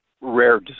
rare